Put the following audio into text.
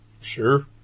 Sure